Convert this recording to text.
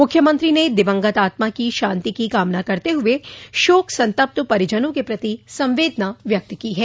मुख्यमंत्री ने दिवंगत आत्मा की शान्ति की कामना करते हुए शोक संतप्त परिजनों के प्रति संवेदना व्यक्त की है